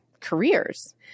careers